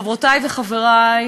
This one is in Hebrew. חברותי וחברי,